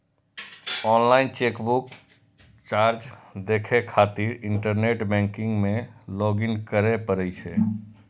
online chequebook charge देखै खातिर internet banking मे लॉग इन करै पड़ै छै